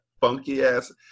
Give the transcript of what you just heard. funky-ass